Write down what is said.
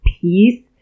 peace